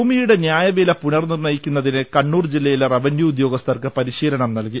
ഭൂമിയുടെ ന്യായവില പുനർനിർണയിക്കുന്നതിന് കണ്ണൂർ ജില്ലയിലെ റവന്യൂ ഉദ്യോഗസ്ഥർക്ക് പരിശീലനം നൽകി